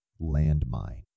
Landmine